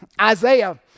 Isaiah